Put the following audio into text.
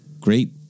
great